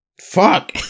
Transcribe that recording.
Fuck